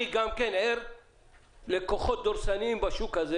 אני גם ער לכוחות דורסניים בשוק הזה.